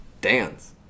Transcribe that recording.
dance